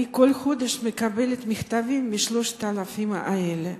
אני בכל חודש מקבלת מכתבים מ-3,000 האנשים האלה,